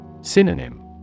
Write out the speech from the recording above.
Synonym